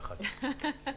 אנחנו בקשר.